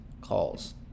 calls